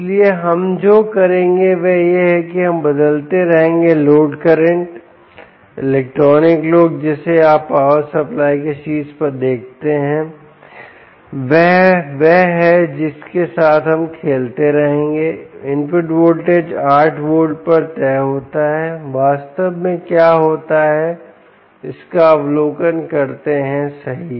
इसलिए हम जो करेंगे वह यह है कि हम बदलते रहेंगे लोड करंट इलेक्ट्रॉनिक लोड जिसे आप पावर सप्लाई के शीर्ष पर देखते हैं वह वह है जिसके साथ हम खेलते रहेंगे इनपुट वोल्टेज 8 वोल्ट पर तय होता हैवास्तव में क्या होता है इसका अवलोकन करते रहें सही